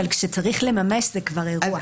אבל כשצריך לממש זה כבר אירוע.